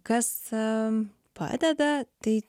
kas padeda tai